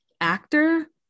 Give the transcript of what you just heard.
actor